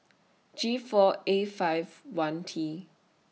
G four A five one T